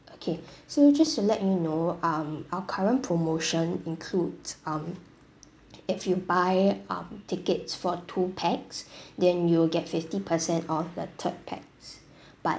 okay so just to let you know um our current promotion includes um if you buy um tickets for two pax then you'll get fifty percent of the third pax but